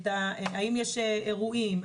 אם יש אירועים,